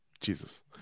Jesus